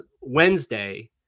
Wednesday